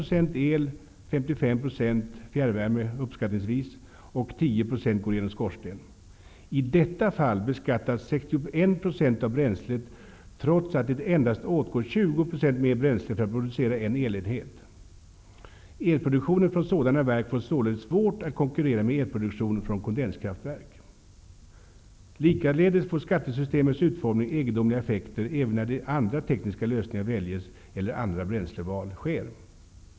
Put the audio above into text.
fjärrvärme och 10 % går igenom skorstenen. I detta fall beskattas 61 % av bränslet, trots att det endast åtgår 20 % mer bränsle för att producera en elenhet. Elproduktionen från sådana verk får således svårt att konkurrera med elproduktion från kondenskraftverk. Likaledes får skattesystemets utformning egendomliga effekter även när andra tekniska lösningar väljes eller andra bränsleval sker.